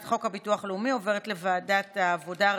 הצעת חוק הביטוח הלאומי עוברת לוועדת העבודה,